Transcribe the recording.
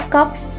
Cups